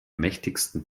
mächtigsten